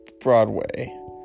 Broadway